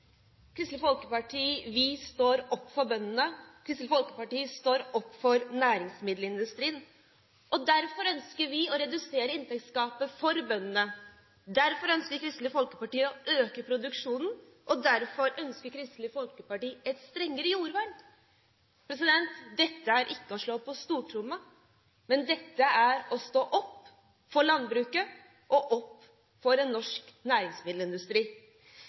står opp for næringsmiddelindustrien, og derfor ønsker vi å redusere inntektsgapet for bøndene. Derfor ønsker Kristelig Folkeparti å øke produksjonen, og derfor ønsker Kristelig Folkeparti et strengere jordvern. Dette er ikke å slå på stortromma, men det er å stå opp for landbruket og for en norsk næringsmiddelindustri.